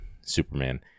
Superman